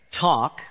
talk